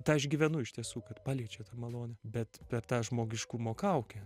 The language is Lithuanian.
tą išgyvenu iš tiesų kad paliečia tą malonę bet per tą žmogiškumo kaukę